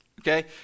Okay